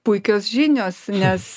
puikios žinios nes